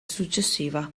successiva